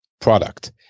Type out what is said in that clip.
product